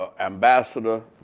ah ambassador,